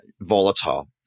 volatile